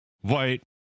White